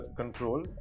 control